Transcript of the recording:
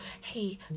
Hey